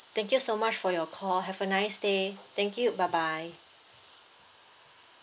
thank you so much for your call have a nice day thank you bye bye